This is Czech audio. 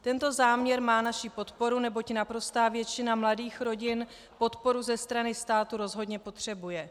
Tento záměr má naši podporu, neboť naprostá většina mladých rodin podporu ze strany státu rozhodně potřebuje.